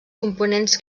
components